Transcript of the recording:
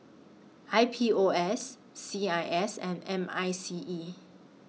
I P O S C I S and M I C E